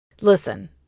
listen